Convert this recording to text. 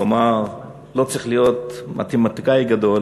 כלומר לא צריך להיות מתמטיקאי גדול